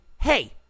hey